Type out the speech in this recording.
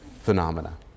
Phenomena